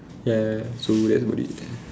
ya so that's about it then